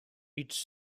its